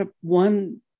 one